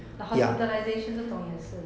but hospitalisation 那种也是